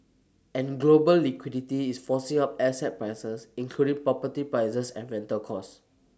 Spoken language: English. and global liquidity is forcing up asset prices including property prices and rental costs